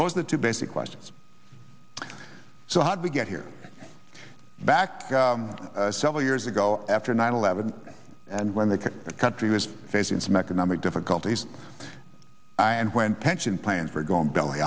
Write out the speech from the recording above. those the two basic questions so how do we get here back several years ago after nine eleven and when the country was facing some economic difficulties and when pension plans for going belly